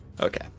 okay